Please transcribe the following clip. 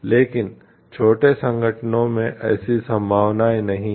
लेकिन छोटे संगठनों में ऐसी संभावनाएं नहीं हैं